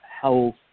health